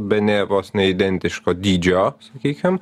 bene vos ne identiško dydžio sakykim